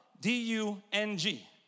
D-U-N-G